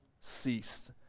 ceased